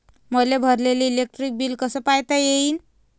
मले भरलेल electric bill कस पायता येईन?